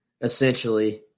essentially